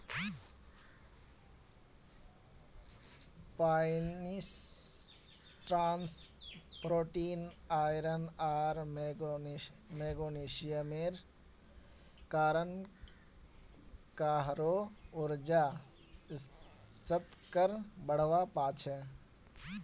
pine nuts protein, iron आर मैग्नीशियमेर कारण काहरो ऊर्जा स्तरक बढ़वा पा छे